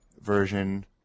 version